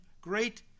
great